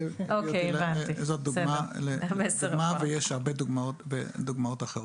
זאת דוגמה ויש הרבה דוגמאות אחרות.